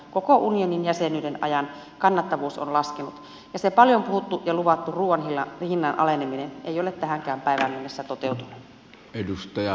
koko unionin jäsenyyden ajan kannattavuus on laskenut ja se paljon puhuttu ja luvattu ruuan hinnan aleneminen ei ole tähänkään päivään mennessä toteutunut